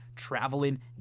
Traveling